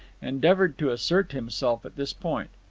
endeavoured to assert himself at this point.